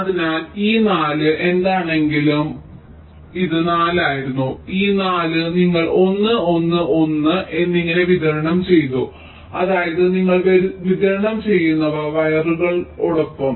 അതിനാൽ ഈ 4 എന്താണെങ്കിലും ഇത് 4 ആയിരുന്നു ഈ 4 നിങ്ങൾ 1 1 1 1 എന്നിങ്ങനെ വിതരണം ചെയ്തു അതായത് നിങ്ങൾ വിതരണം ചെയ്യുന്ന വയറുകളോടൊപ്പം